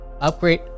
upgrade